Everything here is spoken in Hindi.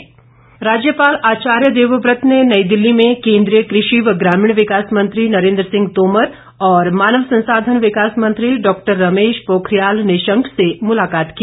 राज्यपाल राज्यपाल आचार्य देवव्रत ने नई दिल्ली में केंद्रीय कृषि व ग्रामीण विकास मंत्री नरेंद्र सिंह तोमर और केंद्रीय मानव संसाधन विकास मंत्री डॉक्टर रमेश पोखरीयाल निशंक से मुलाकात की